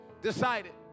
decided